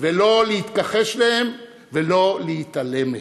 ולא להתכחש להם ולא להתעלם מהם,